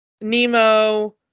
Nemo